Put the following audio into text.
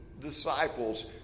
disciples